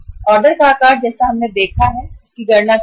order का आकार जैसा हमने देखा है इसकी गणना करने के लिए